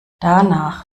danach